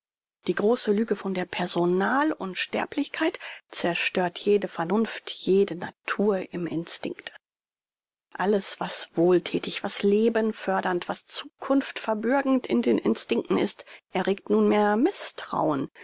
die große lüge von der personal unsterblichkeit zerstört jede vernunft jede natur im instinkte alles was wohlthätig was lebenfördernd was zukunftverbürgend in den instinkten ist erregt nunmehr mißtrauen